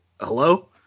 hello